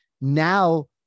Now